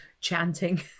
chanting